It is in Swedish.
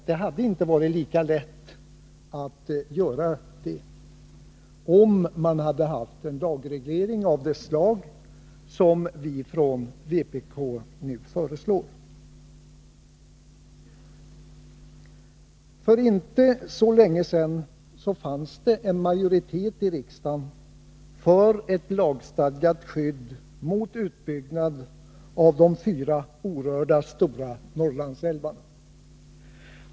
Det hade inte varit lika lätt att göra detta, om man hade haft en lagreglering av det slag som vpk nu föreslår. För inte så länge sedan fanns det en majoritet i riksdagen för ett lagstadgat skydd mot utbyggnad av de fyra orörda stora Norrlandsälvarna.